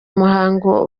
muhango